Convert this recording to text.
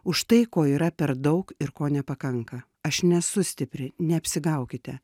už tai ko yra per daug ir ko nepakanka aš nesu stipri neapsigaukite